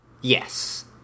Yes